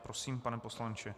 Prosím, pane poslanče.